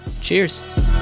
Cheers